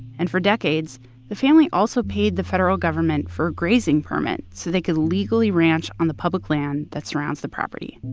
and for decades the family also paid the federal government for grazing permit so they could legally ranch on the public land that surrounds the property